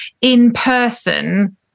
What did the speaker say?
in-person